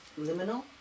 Liminal